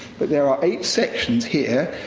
but there are eight sections here,